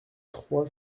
trois